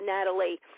Natalie